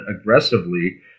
aggressively